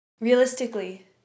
Realistically